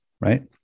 right